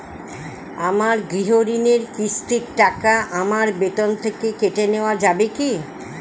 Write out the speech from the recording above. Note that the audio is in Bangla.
আমার গৃহঋণের কিস্তির টাকা আমার বেতন থেকে কেটে নেওয়া যাবে কি?